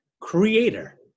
creator